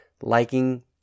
liking